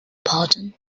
pardon